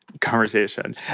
conversation